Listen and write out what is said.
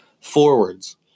forwards